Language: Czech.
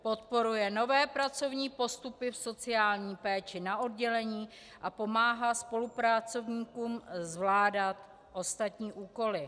Podporuje nové pracovní postupy v sociální péči na oddělení a pomáhá spolupracovníkům zvládat ostatní úkoly.